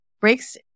breaks